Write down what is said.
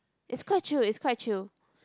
it's quite chill it's quite chill